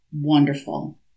wonderful